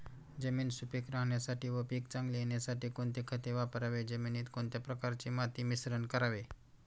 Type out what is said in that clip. जमीन सुपिक राहण्यासाठी व पीक चांगले येण्यासाठी कोणते खत वापरावे? जमिनीत कोणत्या प्रकारचे माती मिश्रण करावे?